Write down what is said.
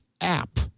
.app